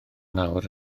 nawr